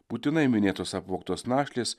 būtinai minėtos apvogtos našlės